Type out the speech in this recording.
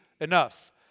enough